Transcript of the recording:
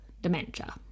dementia